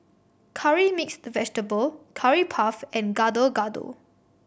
Curry Mixed Vegetable Curry Puff and Gado Gado